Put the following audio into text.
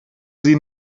sie